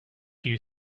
you